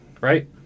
Right